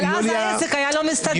אבל העסק לא היה מסתדר.